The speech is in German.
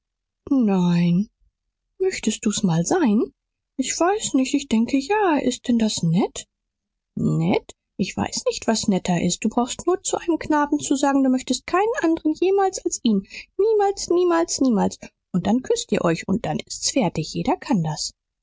nein möcht's du's mal sein ich weiß nicht ich denke ja ist denn das nett nett ich weiß nicht was netter ist du brauchst nur zu einem knaben zu sagen du möchtest keinen anderen jemals als ihn niemals niemals niemals und dann küßt ihr euch und dann ist's fertig jeder kann das